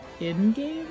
in-game